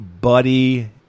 buddy